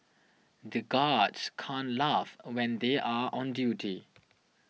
the guards can't laugh when they are on duty